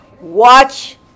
Watch